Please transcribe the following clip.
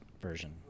version